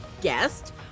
guest